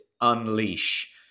unleash